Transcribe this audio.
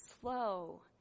slow